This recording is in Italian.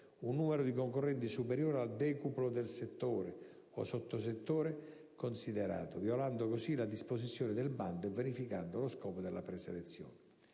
un numero di concorrenti superiore al decuplo del settore o sottosettore considerato, violando così la disposizione del bando e vanificando lo scopo della preselezione.